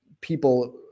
people